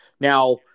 Now